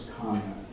comment